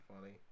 funny